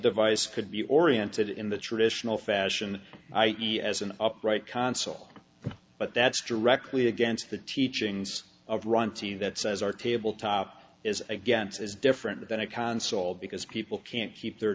device could be oriented in the traditional fashion i e as an upright consul but that's directly against the teachings of runty that says our table top is against is different than a console because people can't keep their